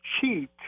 cheat